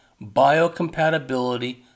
biocompatibility